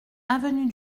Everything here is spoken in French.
avenue